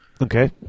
Okay